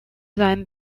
seinem